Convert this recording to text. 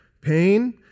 pain